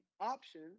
option